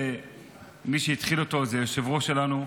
מי שהתחיל אותו הוא היושב-ראש שלנו,